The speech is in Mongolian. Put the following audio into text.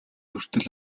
хүртэл